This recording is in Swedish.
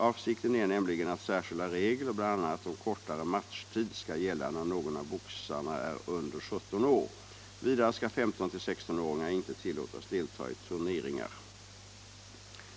Avsikten är nämligen att särskilda regler bl.a. om kortare matchtid skall gälla när någon av boxarna är under 17 år. Vidare skall 15-16-åringar inte tillåtas delta i turneringar.